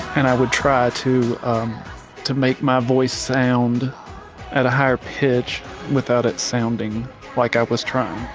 and i would try to to make my voice sound at a higher pitch without it sounding like i was trying